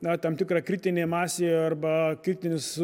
na tam tikra kritinė masė arba kritinis